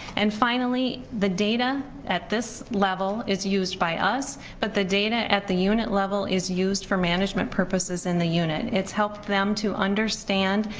and finally, the data at this level is used by us, but the data at the unit level is used for management purposes in the unit. it's helped them to understand,